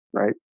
right